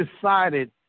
decided